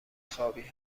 خوابی